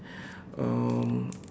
um